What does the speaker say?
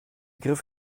griff